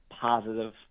positive